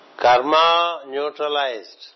karma-neutralized